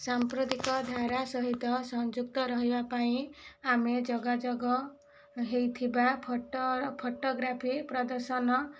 ସାମ୍ପ୍ରତିକ ଧାରା ସହିତ ସଂଯୁକ୍ତ ରହିବାପାଇଁ ଆମେ ଯୋଗାଯୋଗ ହେଇଥିବା ଫଟୋ ଫଟୋଗ୍ରାଫି ପ୍ରଦର୍ଶନ